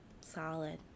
Solid